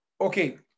Okay